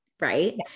Right